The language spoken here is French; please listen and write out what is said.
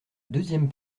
deuxième